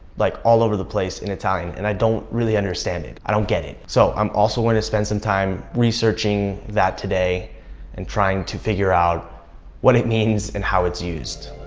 like, all over the place in italian, and i don't really understand it. i don't get it. so i'm also going to spend some time researching that today and trying to figure out what it means and how it's used.